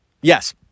Yes